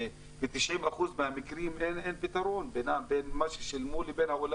וב-90% מהמקרים אין פתרון לבעייתם של אנשים ששילמו לבעל